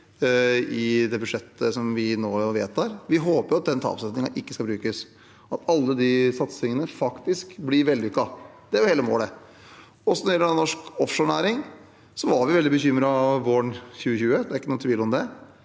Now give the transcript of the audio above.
i det budsjettet som vi nå vedtar. Vi håper jo at den tapsavsetningen ikke skal brukes, og at alle de satsingene faktisk blir vellykkede – det er hele målet. Når det gjelder norsk offshorenæring, var man veldig bekymret våren 2020 – det er ikke noen tvil om det